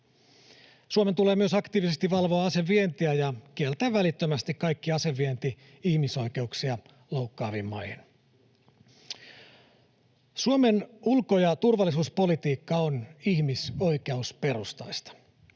Suomen tulee myös aktiivisesti valvoa asevientiä ja kieltää välittömästi kaikki asevienti ihmisoikeuksia loukkaaviin maihin. Suomen ulko- ja turvallisuuspolitiikka on ihmisoikeusperustaista.